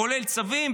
כולל צווים,